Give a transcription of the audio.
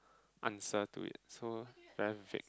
answer to it so you have to fake